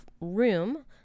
room